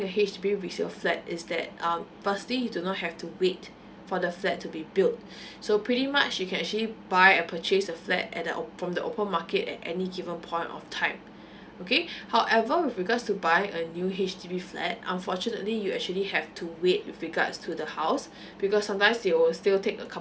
a H_D_B resale flat is that um firstly you do not have to wait for the flat to be built so pretty much you can actually buy or purchase a flat at the from the open market at any given point of time okay however with regards to buy a new H_D_B flat unfortunately you actually have to wait with regards to the house because sometimes they will still take a